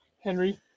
Henry